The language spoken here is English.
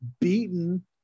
beaten